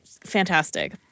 fantastic